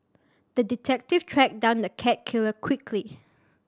the detective tracked down the cat killer quickly